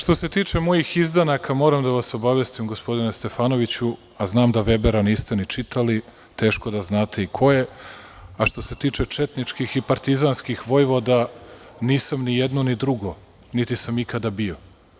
Što se tiče mojih izdanaka, moram da vas obavestim, gospodine Stefanoviću, a znam da Vebera niste ni čitali, teško da znate i ko je, a što se tiče četničkih i partizanskih vojvoda, nisam ni jedno ni drugo, niti sam ikada bio.